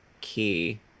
key